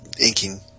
inking